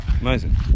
Amazing